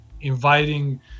inviting